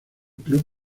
club